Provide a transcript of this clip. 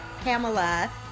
Pamela